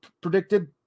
predicted